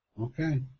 Okay